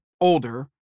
older